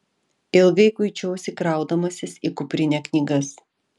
ilgai kuičiausi kraudamasis į kuprinę knygas